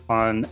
on